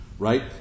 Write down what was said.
Right